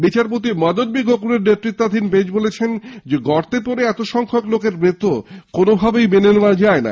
বিচারপতি মদন বি লোকুরের নেতৃত্বাধীন বেঞ্চ বলেছেন গর্তে পড়ে এতো সংখ্যক লোকের মৃত্যু কোনোভাবেই মেনে নেওয়া যায়না